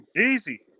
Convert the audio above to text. Easy